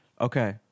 okay